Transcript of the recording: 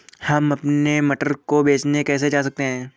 हम अपने मटर को बेचने कैसे जा सकते हैं?